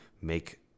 make